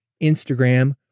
Instagram